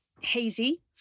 hazy